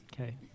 okay